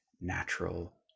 natural